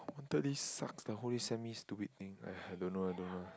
no wonder this sucks the whole day send me stupid thing !aiya! I don't know I don't know lah